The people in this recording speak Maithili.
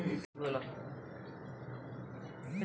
मालो क पालै मे पालैबाला क बहुते मेहनत करैले पड़ै छै